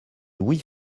louis